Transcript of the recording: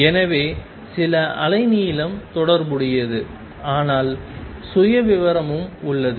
எனவே சில அலைநீளம் தொடர்புடையது ஆனால் சுயவிவரமும் உள்ளது